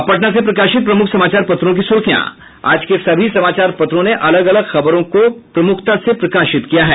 अब पटना से प्रकाशित प्रमुख समाचार पत्रों की सुर्खियां आज के सभी समाचार पत्रों ने अलग अलग खबर को प्रमुखता से प्रकाशित किया है